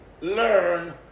learn